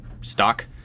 stock